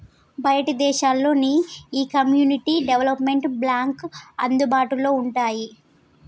బయటి దేశాల్లో నీ ఈ కమ్యూనిటీ డెవలప్మెంట్ బాంక్లు అందుబాటులో వుంటాయి